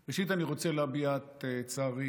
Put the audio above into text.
ראשית, אני רוצה להביע את צערי